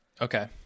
Okay